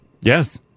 Yes